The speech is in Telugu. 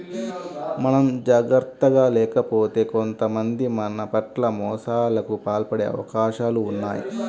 మనం జాగర్తగా లేకపోతే కొంతమంది మన పట్ల మోసాలకు పాల్పడే అవకాశాలు ఉన్నయ్